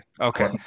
Okay